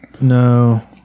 No